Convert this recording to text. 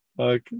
Okay